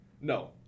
No